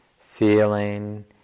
feeling